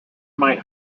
might